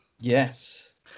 Yes